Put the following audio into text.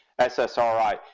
SSRI